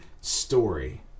story